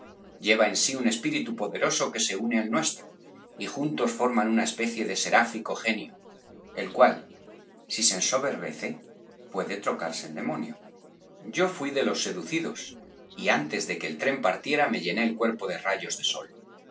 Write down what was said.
lleva en sí un espíritu poderoso que se une al nuestro y juntos forman una especie de seráfico genio el cual si se ensoberbece puede trocarse en demonio yo fui de los seducidos y antes de que el tren partiera me llenó el cuerpo de rayos de sol